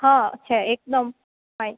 હા છે એકદમ ફાઇન